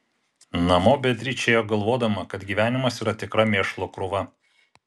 namo beatričė ėjo galvodama kad gyvenimas yra tikra mėšlo krūva